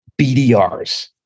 BDRs